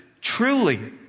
truly